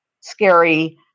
scary